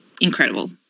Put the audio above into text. incredible